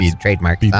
trademark